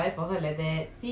right